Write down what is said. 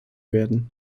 werden